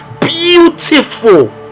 beautiful